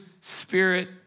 spirit